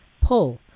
pull